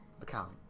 account